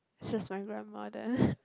it's just my grandma there